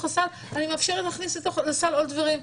הסל אני מאפשרת להכניס לסל עוד דברים.